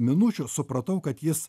minučių supratau kad jis